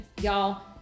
y'all